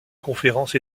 conférence